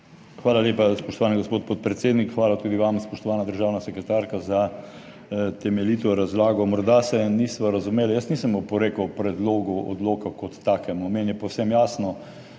Hvala lepa, spoštovani gospod podpredsednik. Hvala tudi vam, spoštovana državna sekretarka, za temeljito razlago. Morda se nisva razumela, jaz nisem oporekal predlogu odloka, kot takemu, meni je povsem jasno,